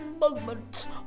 moment